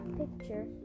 picture